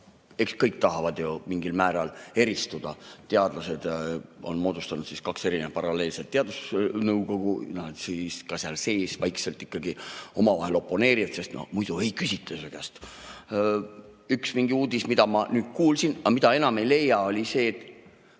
eks kõik tahavad ju mingil määral eristuda. Teadlased on moodustanud kaks erinevat paralleelset teadusnõukogu, nad siis ka seal sees vaikselt ikkagi omavahel oponeerivad, sest muidu ju ei küsita su käest. Üks uudis, mida ma nüüd kuulsin, aga mida enam ei leia, oli see, et